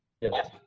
Yes